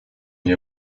the